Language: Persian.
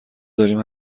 داریم